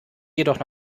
jedoch